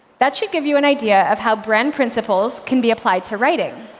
that should give you an idea of how brand principles can be applied to writing,